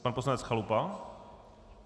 Pan poslanec Chalupa.